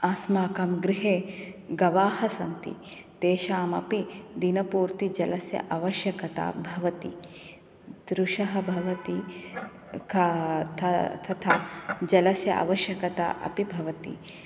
अस्माकं गृहे गवाः सन्ति तेषामपि दिनपूर्तिजलस्य आवश्यकता भवति तृषः भवति तथा जलस्य आवश्यकता अपि भवति